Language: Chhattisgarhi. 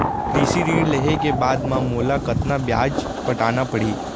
कृषि ऋण लेहे के बाद म मोला कतना ब्याज पटाना पड़ही?